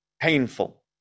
painful